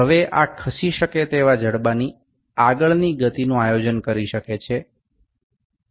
હવે આ ખસી શકે તેવા જડબાની આગળની ગતિનુ આયોજન કરી શકે છે છે